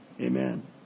Amen